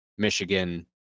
Michigan